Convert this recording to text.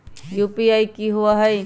UPI की होई?